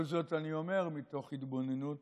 כל זאת אני אומר מתוך התבוננות